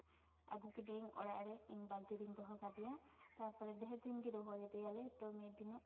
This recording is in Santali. ᱟᱹᱜᱩ ᱠᱮᱫᱮᱭᱟᱹᱧ ᱚᱲᱟᱜ ᱨᱮ ᱟᱫᱚ ᱤᱧ ᱵᱟᱹᱞᱛᱤ ᱨᱤᱧ ᱫᱚᱦᱚ ᱠᱟᱫᱮᱭᱟ ᱛᱟᱨᱯᱚᱨᱮ ᱰᱷᱮᱨ ᱫᱤᱱ ᱜᱮ ᱫᱚᱦᱚ ᱞᱮᱫᱮᱭᱟᱞᱮ ᱛᱚ ᱢᱤᱫ ᱫᱤᱱᱚᱜ